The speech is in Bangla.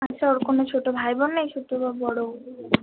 আচ্ছা ওর কোনও ছোট ভাইবোন নেই ছোট বা বড়